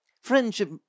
friendship